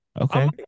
okay